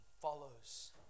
follows